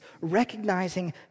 recognizing